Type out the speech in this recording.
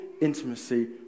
intimacy